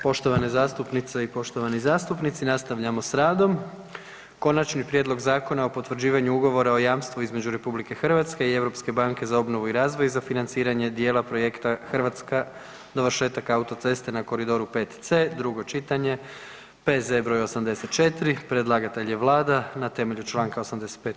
Poštovane zastupnice i poštovani zastupnici, nastavljamo s radom. - Konačni prijedlog zakona o potvrđivanju Ugovora o jamstvu između Republike Hrvatske i Europske banke za obnovu i razvoj za financiranje dijela projekta Hrvatska dovršetak autoceste na koridoru 5C, drugo čitanje, P.Z. broj 84 Predlagatelj je Vlada na temelju članka 85.